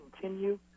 continue